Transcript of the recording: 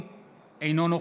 אינו נוכח